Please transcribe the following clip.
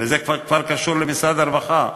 וזה כבר קשור למשרד הרווחה,